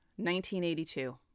1982